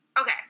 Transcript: okay